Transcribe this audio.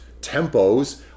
tempos